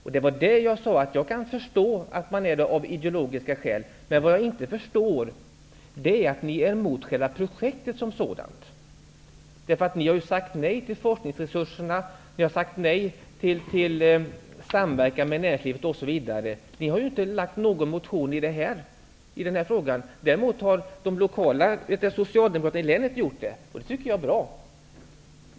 Jag kan förstå att man där är emot det av ideologiska skäl, men vad jag inte förstår är att ni är emot själva projektet som sådant. Ni har ju sagt nej till forskningsresurserna och till samverkan med näringslivet, osv. Ni har inte väckt någon motion i den här frågan. Däremot har Socialdemokraterna i länet gjort det. Det tycker jag är bra.